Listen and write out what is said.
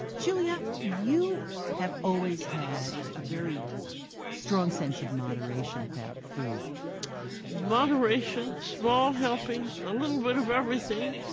you know yeah you have always had a very strong sense of moderation about food moderation, small helpings, a little bit of everything,